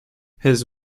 his